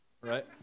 right